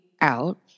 out